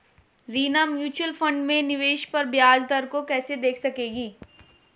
Reena mutual fund में निवेश पर ब्याज दर को कैसे देख सकेगी?